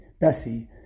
Bessie